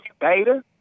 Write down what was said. beta